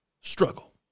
struggle